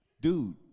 Dude